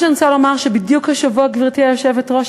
בדיוק השבוע, גברתי היושבת-ראש,